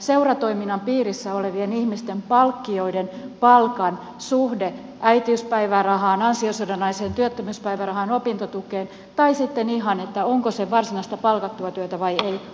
seuratoiminnan piirissä olevien ihmisten palkkioiden ja palkan suhde äitiyspäivärahaan ansiosidonnaiseen työttömyyspäivärahaan opintotukeen on äärimmäisen epäselvä samoin sitten ihan se onko se varsinaista palkattua työtä vai ei